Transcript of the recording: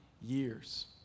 years